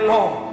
Lord